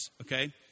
okay